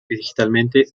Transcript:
digitalmente